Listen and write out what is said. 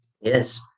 yes